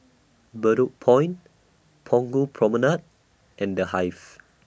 Bedok Point Punggol Promenade and The Hive